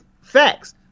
Facts